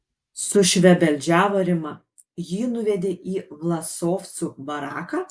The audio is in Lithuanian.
sušvebeldžiavo rima jį nuvedė į vlasovcų baraką